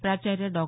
प्राचार्य डॉ